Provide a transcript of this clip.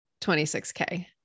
26K